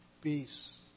peace